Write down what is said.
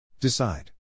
Decide